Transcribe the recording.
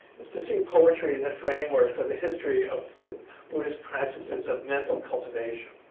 is to see poetry in a framework of the history of the buddhist practices of mental cultivation,